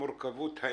המורכבות האנושית,